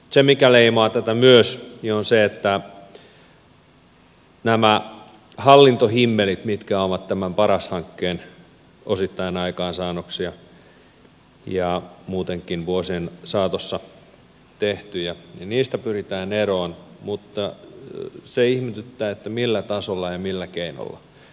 se mikä leimaa tätä myös on se että näistä hallintohimmeleistä mitkä ovat tämän paras hankkeen osittain aikaansaamia ja muutenkin vuosien saatossa tehtyjä pyritään eroon mutta se ihmetyttää millä tasolla ja millä keinolla